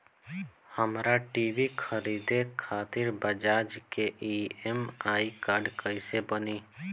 हमरा टी.वी खरीदे खातिर बज़ाज़ के ई.एम.आई कार्ड कईसे बनी?